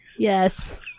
Yes